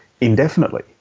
indefinitely